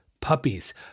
Puppies